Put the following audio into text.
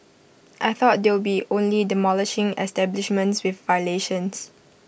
I thought they'll be only demolishing establishments with violations